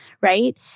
right